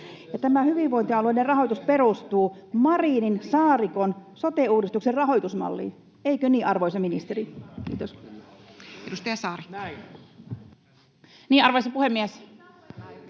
tämä hyvinvointialueiden rahoitus perustuu Marinin—Saarikon sote-uudistuksen rahoitusmalliin. Eikö niin, arvoisa ministeri? — Kiitos. [Speech 21] Speaker: Toinen varapuhemies